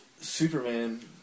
Superman